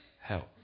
help